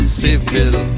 civil